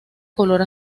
color